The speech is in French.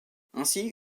ainsi